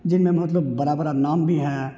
जिनमें मतलब बड़ा बड़ा नाम भी है